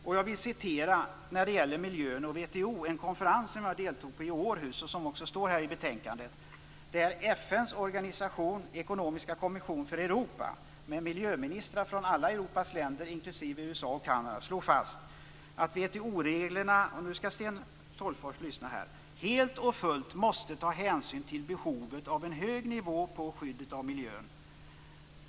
När det gäller miljön och WTO vill jag citera från en konferens i Århus som jag deltog i och som nämns i betänkandet. Det var FN:s ekonomiska kommission för Europa med miljöministrar från alla Europas länder samt USA och Kanada som slog fast - och nu skall Sten Tolgfors lyssna - att "WTO-regler helt och fullt måste ta hänsyn till behovet av en hög nivå på skyddet av miljön.